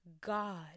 God